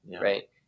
right